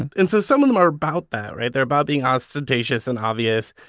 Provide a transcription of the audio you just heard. and and so some of them are about that, right? they're about being ostentatious and obvious.